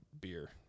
beer